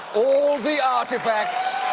all the artifacts.